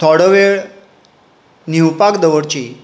थोडो वेळ न्हिवपाक दवरची